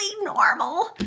normal